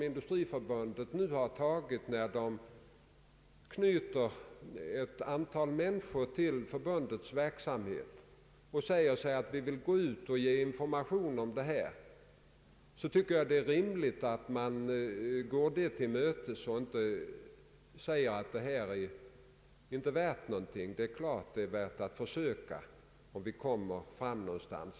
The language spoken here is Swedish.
Industriförbundet har fattat ett beslut om att knyta ett antal personer till förbundets verksamhet. Dessa skall gå ut och lämna information om industrilokalisering. Det är självklart lämpligt att man går sådana strävanden till mötes och inte säger att de inte är någonting värda. Självfallet är det värt att göra försöket.